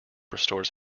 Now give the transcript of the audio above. restores